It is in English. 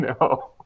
no